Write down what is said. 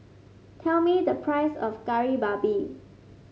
tell me the price of Kari Babi